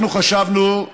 אנחנו חשבנו,